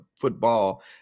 football